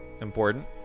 Important